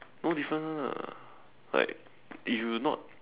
no difference [one] ah like if you not